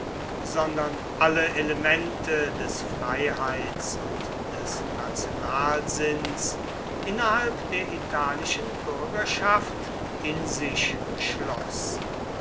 sondern alle elemente des freiheits und des nationalsinns innerhalb der italischen bürgerschaft in sich schloß